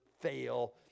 fail